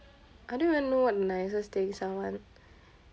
I don't even know what nicest thing someone